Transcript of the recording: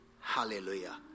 Hallelujah